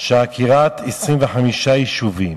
שעקירת 25 יישובים